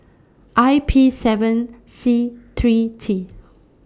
I P seven C three T